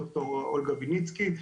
דוקטור אולגה ויניצקי,